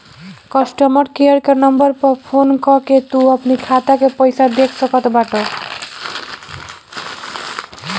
customer care के number पअ phone कअ के तू अपनी खाता के पईसा देख सकत बटअ